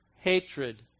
hatred